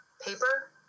paper